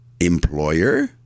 employer